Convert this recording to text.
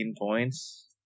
points